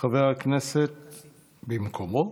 חבר כנסת במקומו?